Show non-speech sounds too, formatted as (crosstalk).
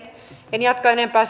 en jatka enempää (unintelligible)